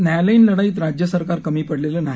न्यायालयीन लढाईत राज्य सरकार कमी पडलेलं नाही